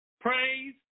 Praise